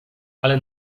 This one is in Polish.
ale